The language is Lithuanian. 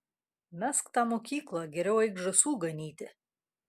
mesk tą mokyklą geriau eik žąsų ganyti